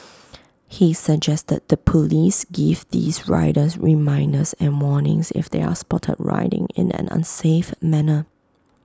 he suggested the Police give these riders reminders and warnings if they are spotted riding in an unsafe manner